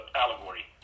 allegory